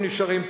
הם נשארים פה.